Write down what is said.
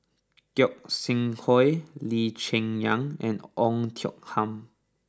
Gog Sing Hooi Lee Cheng Yan and Oei Tiong Ham